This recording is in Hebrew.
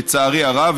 לצערי הרב,